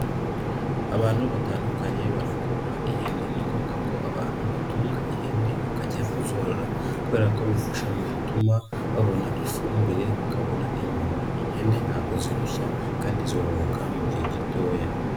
Abantu batandukanye barakurura ihene. Ni ngombwa ko abantu batunga ihene, bakajya kuzorora kubera ko bifasha mu gutuma babona ifumbire, bakabona inyama. Ihene ntabwo zirushya kandi zororoka mu gihe gitoya.